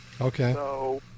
Okay